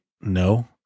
no